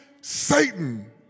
Satan